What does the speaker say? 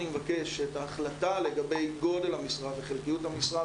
אני מבקש שאת ההחלטה לגבי גודל המשרה וחלקיות המשרה,